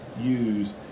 use